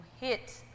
hit